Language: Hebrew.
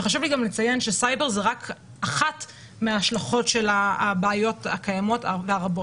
וחשוב לי גם לציין שסייבר זה רק אחת מההשלכות של הבעיות הקיימות והרבות.